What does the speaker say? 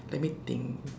let me think